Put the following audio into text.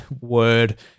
word